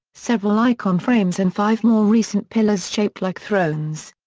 several icon frames and five more-recent pillars shaped like thrones.